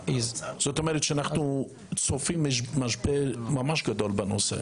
זאת אומרת, אנחנו צופים משבר גדול ממש בנושא.